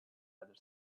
other